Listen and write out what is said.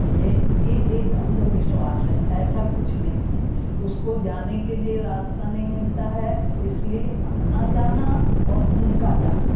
ये ये एक अंधविश्वास है ऐसा कुछ नहीं है उसको जाने के लिए रास्ता नहीं मिलता है इसी लिए अपना जाना और उनका जाना